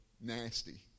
nasty